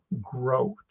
growth